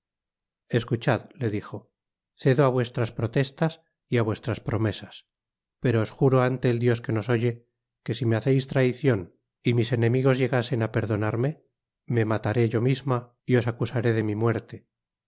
escuchad le dijo cedo á vuestras protestas y á vuestras promesas pero os juro ante el dios que nos oye que si me haceis traicion y mis enemigos llegasen á perdonarme me materé yo misma y os acusaré de mi muerte